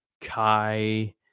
Kai